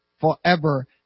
forever